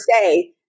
say